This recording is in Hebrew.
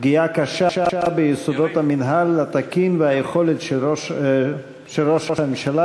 פגיעה קשה ביסודות המינהל התקין והיכולת של ראש הממשלה